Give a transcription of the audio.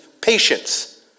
patience